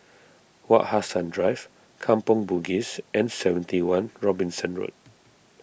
Wak Hassan Drive Kampong Bugis and seventy one Robinson Road